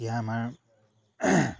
এতিয়া আমাৰ